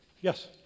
Yes